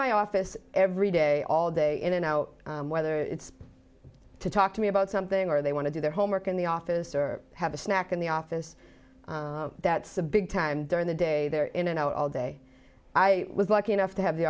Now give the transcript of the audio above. my office every day all day busy in and whether it's to talk to me about something or they want to do their homework in the office or have a snack in the office that's a big time during the day they're in and out all day i was lucky enough to have the